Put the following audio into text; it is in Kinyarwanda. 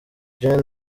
gen